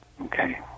Okay